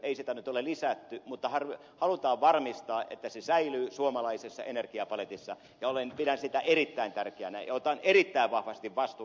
ei sitä nyt ole lisätty mutta halutaan varmistaa että se säilyy suomalaisessa energiapaletissa ja pidän sitä erittäin tärkeänä ja otan erittäin vahvasti vastuun